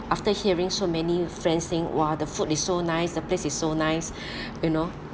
after hearing so many friends saying !whoa! the food is so nice the place is so nice you know